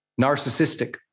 narcissistic